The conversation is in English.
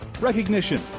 recognition